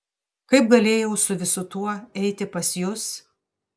kaip galėjau su visu tuo eiti pas jus